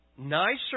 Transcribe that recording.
Nicer